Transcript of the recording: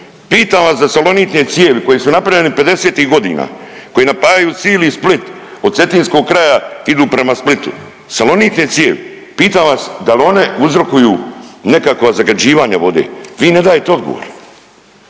pitam vas za salonitne cijevi koje su napravljene 50-tih godina, koji napajaju cili Split, od Cetinskog kraja idu prema Splitu, salonitne cijevi, pitam vas dal one uzrokuju nekakva zagađivanja vode, vi ne dajte odgovor,